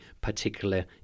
particular